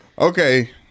Okay